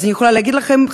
אז אני יכולה להגיד לכם,